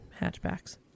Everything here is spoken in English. hatchbacks